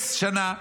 "מקץ שנה"